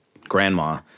grandma